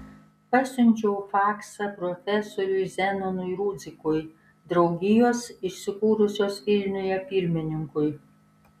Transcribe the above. pasiunčiau faksą profesoriui zenonui rudzikui draugijos įsikūrusios vilniuje pirmininkui